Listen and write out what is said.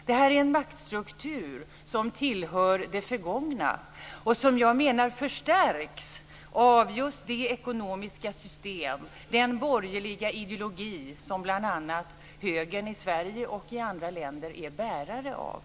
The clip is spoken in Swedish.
Det här är en maktstruktur som tillhör det förgångna och som jag menar förstärks av just de ekonomiska system, den borgerliga ideologi som bl.a. Högern i Sverige och i andra länder är bärare av.